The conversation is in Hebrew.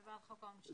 מדובר בחוק העונשין.